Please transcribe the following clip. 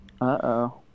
Uh-oh